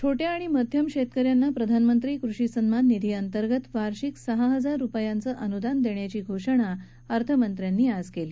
छोट्या आणि मध्यम शेतक यांना प्रधानमंत्री कृषी सन्मान निधीअंतर्गत वार्षिक सहा हजार रुपयांचं अनुदान देण्याची घोषणा अर्थमंत्र्यांनी केली